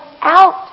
out